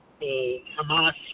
Hamas